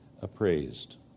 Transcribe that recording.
appraised